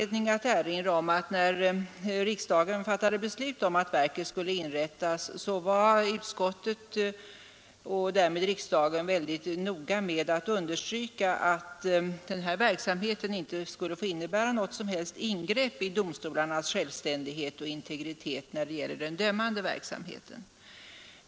Då riksdagen fattade beslut om att verket skulle inrättas var utskottet och därmed riksdagen mycket noga med att understryka att denna verksamhet inte skulle få innebära något som helst ingrepp i domstolarnas självständighet och integritet när det gällde den dömande verksamheten.